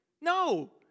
no